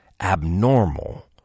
abnormal